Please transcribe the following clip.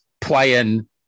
playing